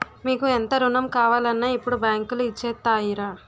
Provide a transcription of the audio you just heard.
మీకు ఎంత రుణం కావాలన్నా ఇప్పుడు బాంకులు ఇచ్చేత్తాయిరా